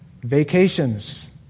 Vacations